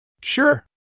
Sure